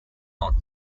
not